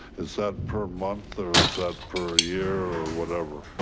is that per month or is that per year or whatever,